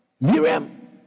Miriam